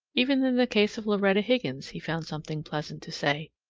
even the case of loretta higgins he found something pleasant to say.